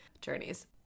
journeys